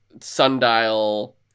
Sundial